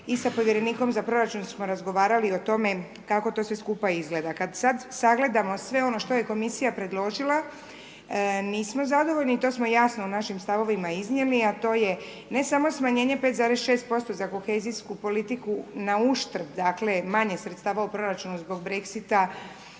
i sa povjerenikom za proračun smo razgovarali o tome kako to sve skupa izgleda. Kad sad sagledamo sve ono što je Komisja predložila, nismo zadovoljni i to smo jasno u našim stavovima iznijeli, a to je ne samo smanjenje 5,6% za kohezijsku politiku na uštrb manje sredstva u proračunu zbog Brexita